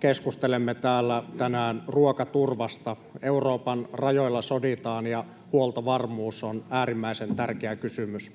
keskustelemme täällä tänään ruokaturvasta. Euroopan rajoilla soditaan, ja huoltovarmuus on äärimmäisen tärkeä kysymys.